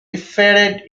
defeated